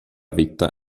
vetta